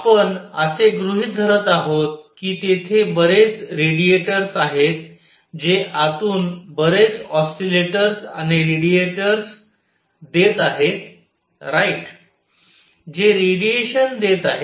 आपण असे गृहित धरत आहोत की तेथे बरेच रेडिएटर्स आहेत जे आतून बरेच ऑसीलेटर्स आणि रेडिएटर्स देत आहेत राईट जे रेडिएशन देत आहेत